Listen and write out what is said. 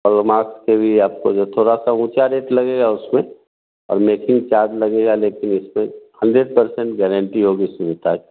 hallmark से भी आपको जो थोड़ा सा ऊँचा रेट लगेगा उसमें और मेकिंग चार्ज लगेगा लेकिन उस पर हंड्रेड पर्सेन्ट गारंटी होगी उसमें ता